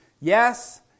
yes